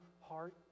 heart